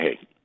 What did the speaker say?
hey